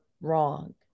wrong